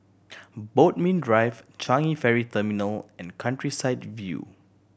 Bodmin Drive Changi Ferry Terminal and Countryside View